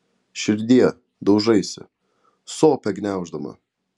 širdie daužaisi sopę gniauždama